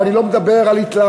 ואני לא מדבר על התלהמות,